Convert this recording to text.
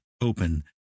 open